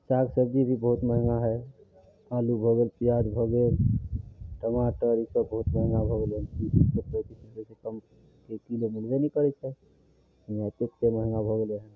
साग सब्जी भी बहुत महगा हइ आलू भऽ गेल पिआज भऽ गेल टमाटर ईसब बहुत महगा भऽ गेलै तीस रुपैए पैँतिस रुपैएसे कमके किलो मिलबे नहि करै छै एतेक महगा भऽ गेलै हँ